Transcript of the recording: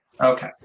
okay